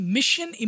Mission